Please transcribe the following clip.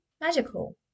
magical